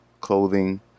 clothing